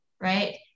right